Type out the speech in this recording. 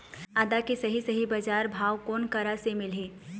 आदा के सही सही बजार भाव कोन करा से मिलही?